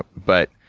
but,